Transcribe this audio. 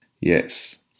Yes